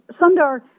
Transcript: Sundar